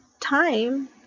time